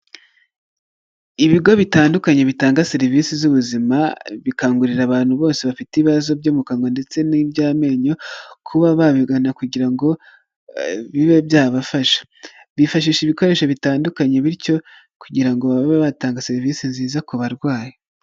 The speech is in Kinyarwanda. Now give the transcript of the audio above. Ibigo bitandukanye bitanga serivisi z'ubuzima, bikangurira abantu bose bafite ibibazo byo mu kanwa ndetse n'iby'amenyo, kuba babigana kugira ngo bibe byabafasha, bifashisha ibikoresho bitandukanye bityo kugira ngo babe batanga serivisi nziza ku barwayi.